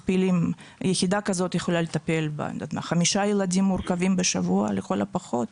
יחידה כזאת יכולה לטפל בחמישה ילדים מורכבים בשבוע לכל הפחות,